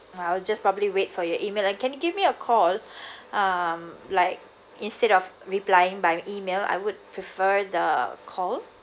I'll just probably wait for your email and can you give me a call (ppb um like instead of replying by email I would prefer the call